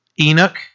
Enoch